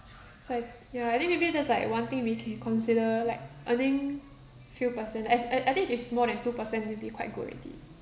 so I ya I think maybe that's like one thing we can consider like I think few percent as I I think is more than two percent it will be quite good already